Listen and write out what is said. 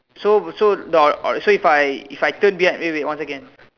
so but so the if I turn be wait wait one second